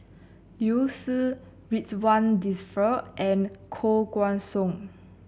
Liu Si Ridzwan Dzafir and Koh Guan Song